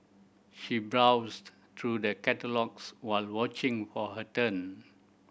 she browsed through the catalogues while watching for her turn